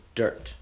dirt